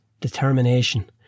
determination